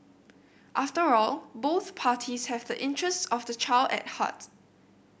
after all both parties have the interests of the child at heart